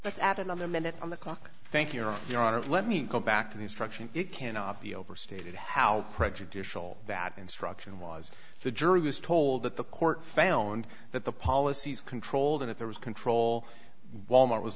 but add another minute on the clock thank you no your honor let me go back to the instruction it cannot be overstated how prejudicial that instruction was the jury was told that the court found that the policies controlled and if there was control walmart was